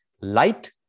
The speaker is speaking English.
light